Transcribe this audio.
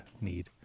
need